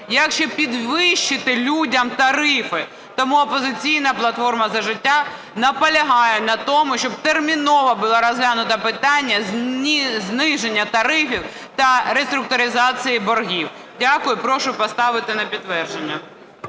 як ще підвищити людям тарифи. Тому "Опозиційна платформа – За життя" наполягає на тому, щоб терміново було розглянуте питання зниження тарифів та реструктуризації боргів. Дякую. Прошу поставити на підтвердження.